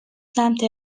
سمت